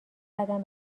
قدم